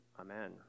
Amen